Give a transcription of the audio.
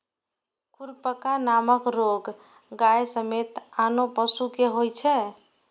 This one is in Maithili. खुरपका नामक रोग गाय समेत आनो पशु कें होइ छै